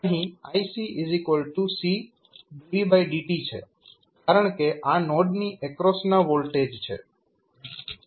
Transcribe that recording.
અહીં iCC dVdtછે કારણકે આ નોડની એક્રોસના વોલ્ટેજ છે